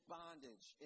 bondage